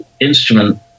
instrument